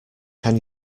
can